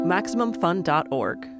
MaximumFun.org